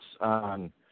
on